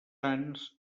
sants